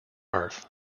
earth